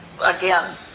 again